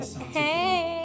hey